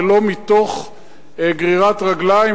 ולא מתוך גרירת רגליים,